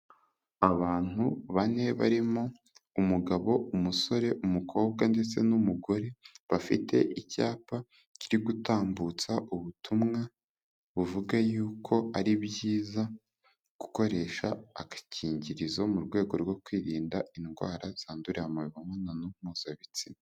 Abantu bane barimo umugabo, umusore, umukobwa ndetse n'umugore bafite icyapa kiri gutambutsa ubutumwa buvuga yuko ari byiza gukoresha agakingirizo mu rwego rwo kwirinda indwara zandurira mu mibonano mpuza bitsina.